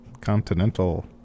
Continental